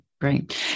Great